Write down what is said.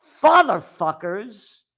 fatherfuckers